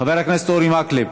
חבר הכנסת אורי מקלב,